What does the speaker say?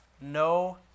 No